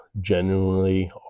genuinely